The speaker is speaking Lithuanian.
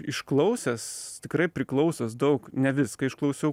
išklausęs tikrai priklausęs daug ne viską išklausiau